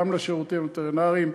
גם לשירותים הווטרינריים,